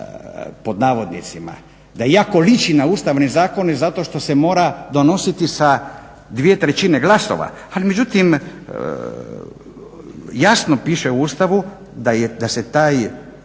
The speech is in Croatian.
pod navodnicima, da jako liči na ustavne zakone zato što se mora donositi sa dvije trećine glasova. Ali međutim, jasno piše u Ustavu da se taj,